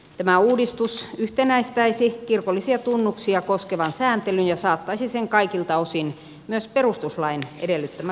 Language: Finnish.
tämä uudistus yhtenäistäisi kirkollisia tunnuksia koskevan sääntelyn ja saattaisi sen kaikilta osin myös perustuslain edellyttämälle tasolle